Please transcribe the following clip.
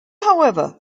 however